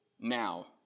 now